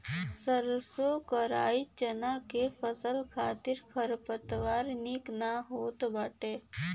सरसों कराई चना के फसल खातिर खरपतवार निक ना होत बाटे